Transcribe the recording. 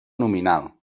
nominal